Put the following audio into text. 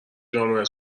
جامعه